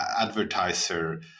advertiser